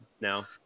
now